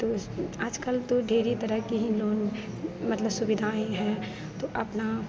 तो इस आज कल तो ढेरी तरह के ही लोन मतलब सुविधाएँ हैं तो अपना